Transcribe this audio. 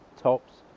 tops